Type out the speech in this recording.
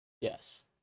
Yes